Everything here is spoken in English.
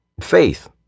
Faith